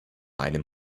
einem